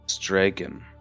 dragon